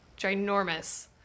ginormous